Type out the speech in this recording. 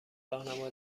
راهنما